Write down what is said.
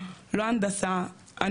לא הנדסה,